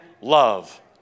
love